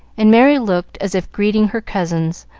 and merry looked as if greeting her cousins,